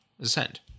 ascend